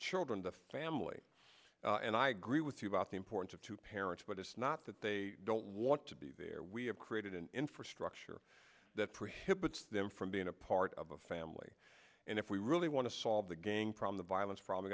children the family and i agree with you about the importance of two parents but it's not that they don't want to be there we have created an infrastructure that prohibits them from being a part of a family and if we really want to solve the gang prom the violence probably